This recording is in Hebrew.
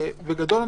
בגדול,